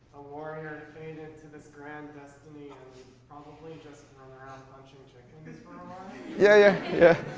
warrior fated to this grand destiny and probably just run around punching chickens chickens for um yeah yeah yeah